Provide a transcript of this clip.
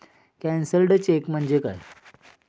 Cancelled cheque म्हणजे काय?